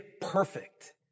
perfect